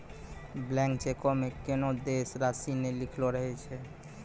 blank चेको मे कोनो देय राशि नै लिखलो रहै छै